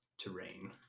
terrain